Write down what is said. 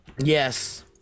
yes